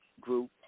group